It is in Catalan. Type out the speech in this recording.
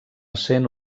essent